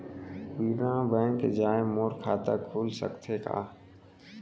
बिना बैंक जाए मोर खाता खुल सकथे का?